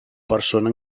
persona